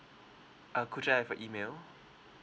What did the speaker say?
uh could I have your email